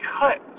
cut